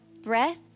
breath